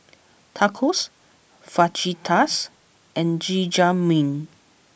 Tacos Fajitas and Jajangmyeon